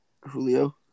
Julio